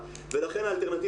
ומה אנחנו